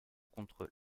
contre